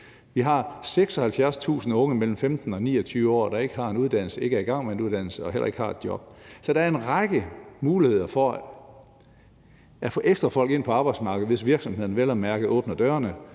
Vi har 76.000 unge mellem 15 og 29 år, der ikke har en uddannelse, ikke er i gang med en uddannelse og heller ikke har et job, så der er en række muligheder for at få ekstra folk ind på arbejdsmarked, hvis virksomhederne vel at mærke åbner dørene,